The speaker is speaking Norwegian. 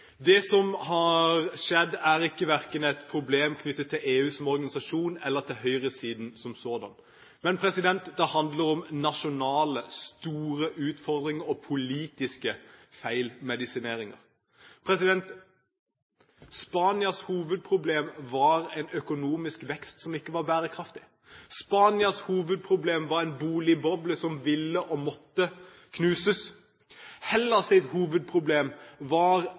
Det som har skjedd, er verken et problem knyttet til EU som organisasjon eller til høyresiden som sådan. Men det handler om store nasjonale utfordringer og politisk feilmedisinering. Spanias hovedproblem var en økonomisk vekst som ikke var bærekraftig. Spanias hovedproblem var en boligboble som man ville og måtte knuse. Hellas’ hovedproblem var